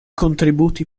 contributi